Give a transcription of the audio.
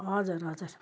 हजुर हजुर